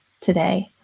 today